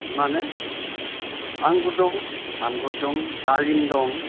मा होनो आंगुर दं आंगुर दं डालिम दं